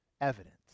evidence